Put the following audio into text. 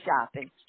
shopping